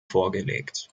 vorgelegt